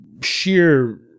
sheer